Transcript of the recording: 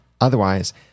otherwise